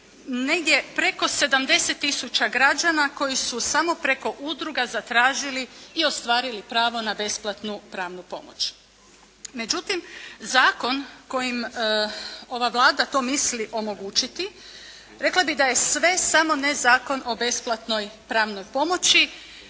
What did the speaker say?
negdje preko 70 tisuća građana koji su samo preko udruga zatražili i ostvarili pravo na besplatnu pravnu pomoć. Međutim zakon kojim ova Vlada misli omogućiti, rekla bih da je sve samo ne Zakon o besplatnoj pravnoj pomoći.